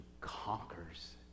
conquers